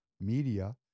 media